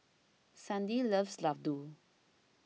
Sandi loves Laddu